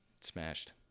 Smashed